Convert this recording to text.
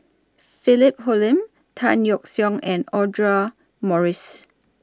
Philip Hoalim Tan Yeok Seong and Audra Morrice